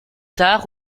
tard